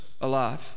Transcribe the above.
alive